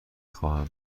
خواهم